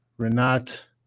Renat